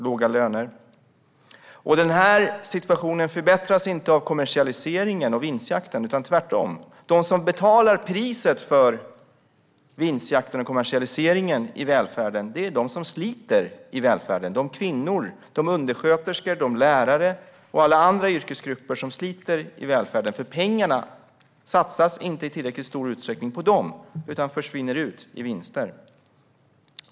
Och de har låga löner. Denna situation förbättras inte av kommersialiseringen och vinstjakten, utan tvärtom. De som betalar priset för vinstjakten och kommersialiseringen i välfärden är de kvinnor, de undersköterskor, de lärare och alla andra yrkesgrupper som sliter i välfärden. Pengarna satsas nämligen inte i tillräckligt stor utsträckning på dem utan försvinner ut som vinster.